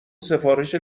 سفارش